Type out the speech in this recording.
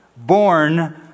born